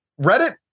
Reddit